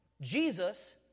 jesus